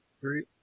three